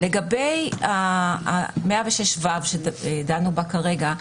לגבי 106ו בו דנו כרגע.